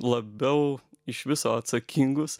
labiau iš viso atsakingus